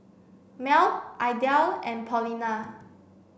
Mel Idell and Paulina